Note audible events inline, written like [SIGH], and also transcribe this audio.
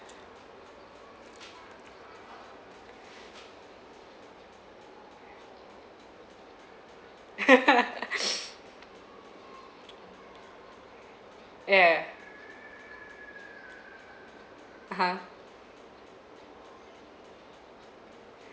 [LAUGHS] ya ya (uh huh)